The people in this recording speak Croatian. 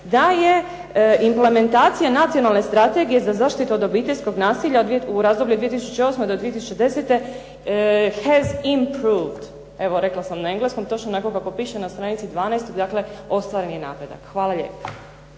da je implementacija Nacionalne strategije za zaštitu od obiteljskog nasilja u razdoblju od 2008. do 2010. "has improved", evo rekla sam na engleskom točno onako kako piše na stranici 12., dakle ostvaren je napredak. Hvala lijepo.